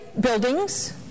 buildings